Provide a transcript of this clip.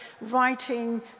writing